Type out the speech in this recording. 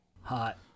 Hot